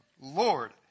Lord